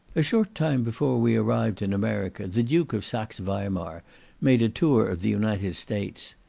a short time before we arrived in america, the duke of saxe-weimar made a tour of the united states.